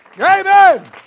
Amen